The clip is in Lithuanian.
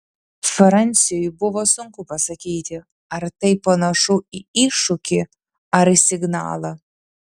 franciui buvo sunku pasakyti ar tai panašu į iššūkį ar į signalą